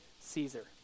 Caesar